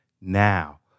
now